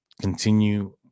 continue –